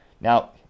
Now